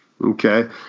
Okay